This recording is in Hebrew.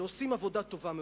שעושים עבודה טובה מאוד.